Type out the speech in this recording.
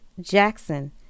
Jackson